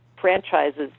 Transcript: franchises